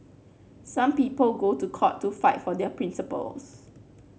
some people go to court to fight for their principles